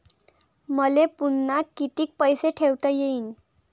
मले पुन्हा कितीक पैसे ठेवता येईन?